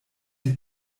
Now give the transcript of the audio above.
die